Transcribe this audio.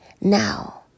Now